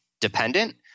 dependent